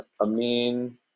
amin